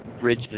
bridge